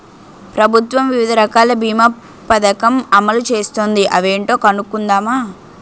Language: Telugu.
ప్రభుత్వం వివిధ రకాల బీమా పదకం అమలు చేస్తోంది అవేంటో కనుక్కుందామా?